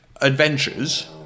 Adventures